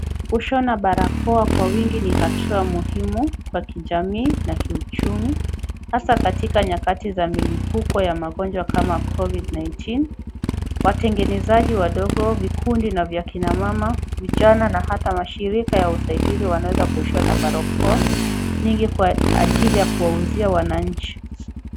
Kushona barakoa kwa wingi ni hatua muhimu kwa kijamii na kiuchumi hasa katika nyakati za milipuko ya magonjwa kama COVID 19 . Watengenezaji wadogo, vikundi na vya kina mama, vijana na hata mashirika ya usaidizi yanaweza kushona barakoa nyingi kwa ajili ya kuwauzia wananchi.